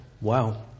Wow